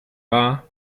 bar